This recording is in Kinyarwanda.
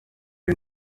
ari